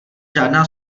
žádná